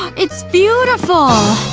it's beautiful!